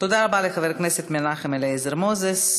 תודה רבה לחבר הכנסת מנחם אליעזר מוזס.